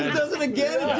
does it again!